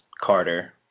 Carter